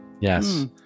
yes